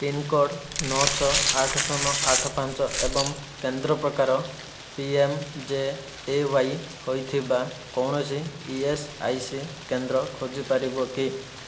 pincode ନଅ ଛଅ ଆଠ ଶୂନ ଆଠ ପାଞ୍ଚ ଏବଂ କେନ୍ଦ୍ର ପ୍ରକାର P M J A Y ହୋଇଥିବା କୌଣସି ଇ ଏସ୍ ଆଇ ସି କେନ୍ଦ୍ର ଖୋଜିପାରିବ କି